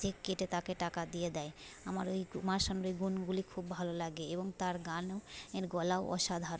check কেটে তাকে টাকা দিয়ে দেয় আমার এই কুমার শানুর এই গুণগুলি খুব ভালো লাগে এবং তার গানও এর গলাও অসাধারণ